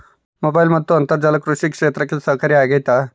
Mobile ಮತ್ತು ಅಂತರ್ಜಾಲ ಕೃಷಿ ಕ್ಷೇತ್ರಕ್ಕೆ ಸಹಕಾರಿ ಆಗ್ತೈತಾ?